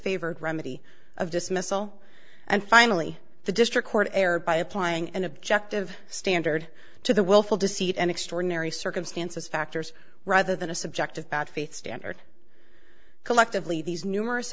disfavored remedy of dismissal and finally the district court erred by applying an objective standard to the willful deceit and extraordinary circumstances factors rather than a subject of bad faith standard collectively these numerous